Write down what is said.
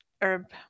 herb